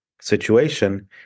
situation